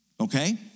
Okay